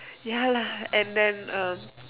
ya lah and then uh